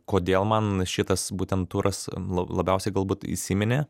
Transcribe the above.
kodėl man šitas būtent turas labiausiai galbūt įsiminė